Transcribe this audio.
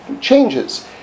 changes